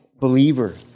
Believer